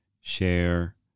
share